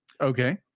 okay